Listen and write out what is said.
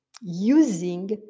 using